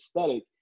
aesthetic